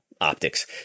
optics